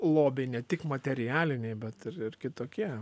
lobiai ne tik materialiniai bet ir ir kitokie